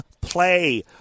play